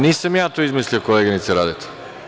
Nisam ja to izmislio koleginice Radeta.